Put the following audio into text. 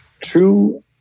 True